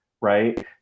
right